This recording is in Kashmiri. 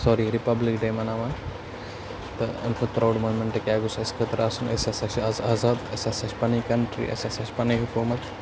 ساری رِپَبلِک ڈے مَناوان تہٕ اَمہِ کھۄتہٕ پرٛاوُڈ موٗمٮ۪نٛٹ کیٛاہ گوٚژھ اَسہِ خٲطرٕ آسُن أسۍ ہَسا چھِ آز آزاد اَسہِ ہَسا چھِ پَنٕنۍ کَنٹرٛی اَسہِ ہَسا چھِ پَنٕںۍ حُکوٗمَت